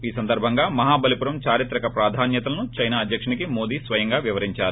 ఈ సందర్భంగా మహాబలీపురం దారిత్రక ప్రాధాన్యతలను చైనా అధ్యకునికి మోదీ స్వయంగా వివరించారు